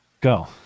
Go